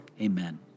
Amen